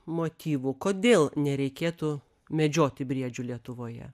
motyvų kodėl nereikėtų medžioti briedžių lietuvoje